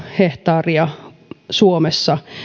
hehtaaria suomessa